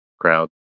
crowd